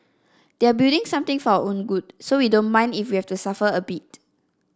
they're building something for our own good so we don't mind if we have to suffer a bit